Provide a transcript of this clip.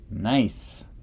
Nice